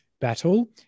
battle